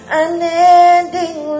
unending